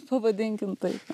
pavadinkim taip